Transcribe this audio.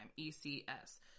ECS